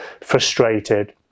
frustrated